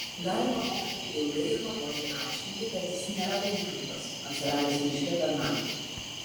galima mokiniui ilgai ir nuobodžiai aiškinti kad jis nėra koks grybas atsiradęs miške per naktį